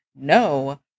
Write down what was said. no